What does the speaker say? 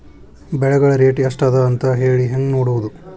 ಬೆಳೆಗಳ ರೇಟ್ ಎಷ್ಟ ಅದ ಅಂತ ಹೇಳಿ ಹೆಂಗ್ ನೋಡುವುದು?